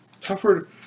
tougher